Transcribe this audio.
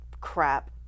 crap